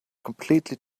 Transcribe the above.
completely